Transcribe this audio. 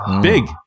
Big